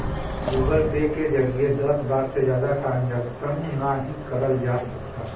Google Pay के जरिए दस बार से जादा ट्रांजैक्शन नाहीं करल जा सकला